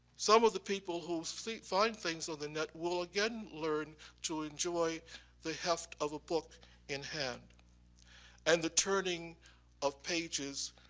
some of the people who find things on the net will again learn to enjoy the heft of a book in hand and the turning of pages,